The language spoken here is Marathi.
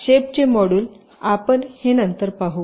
शेप चे मॉड्यूल आपण हे नंतर पाहू